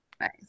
Nice